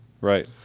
right